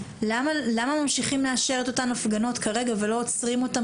למה ממשיכים לאשר את אותן הפגנות כרגע ולא עוצרים אותן